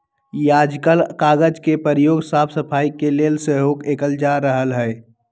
याजकाल कागज के प्रयोग साफ सफाई के लेल सेहो कएल जा रहल हइ